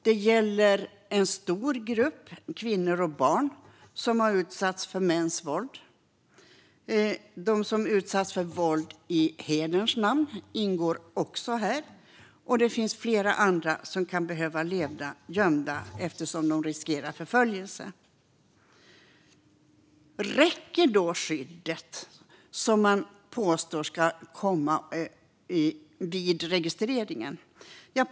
Det gäller en stor grupp kvinnor och barn som har utsatts för mäns våld. De som utsatts för våld i hederns namn ingår också här, och det finns även andra som kan behöva leva gömda eftersom de riskerar förföljelse. Räcker då det skydd som man påstår ska ges vid registreringen?